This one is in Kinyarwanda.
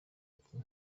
ati